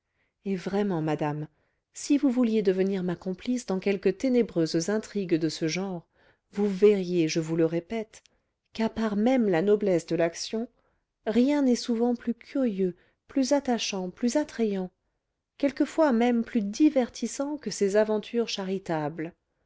et vraiment madame si vous vouliez devenir ma complice dans quelques ténébreuses intrigues de ce genre vous verriez je vous le répète qu'à part même la noblesse de l'action rien n'est souvent plus curieux plus attachant plus attrayant quelquefois même plus divertissant que ces aventures charitables